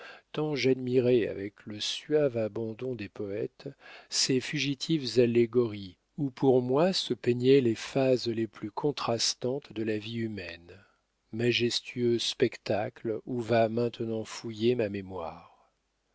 tant j'admirais avec le suave abandon des poètes ces fugitives allégories où pour moi se peignaient les phases les plus contrastantes de la vie humaine majestueux spectacles où va maintenant fouiller ma mémoire